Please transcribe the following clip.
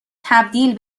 تبدیل